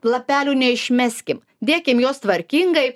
lapelių neišmeskim dėkim juos tvarkingai